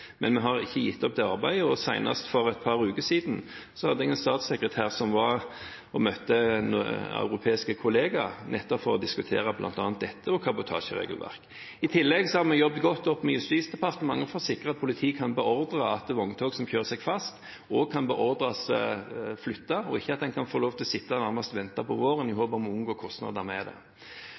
Men vi har ikke gitt opp det arbeidet, og senest for et par uker siden møtte en av mine statssekretærer en europeisk kollega nettopp for å diskutere bl.a. dette og kabotasjeregelverket. I tillegg har vi jobbet godt opp mot Justisdepartementet for å sikre at politiet kan beordre vogntog som kjører seg fast, flyttet, og at en ikke kan få lov til å sitte og nærmest vente på våren i håp om å unngå kostnadene ved det.